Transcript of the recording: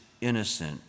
innocent